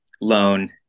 loan